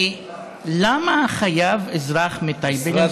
כי למה חייב אזרח מטייבה לנסוע,